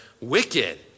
wicked